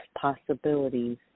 possibilities